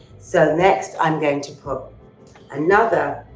so next i'm going to put another,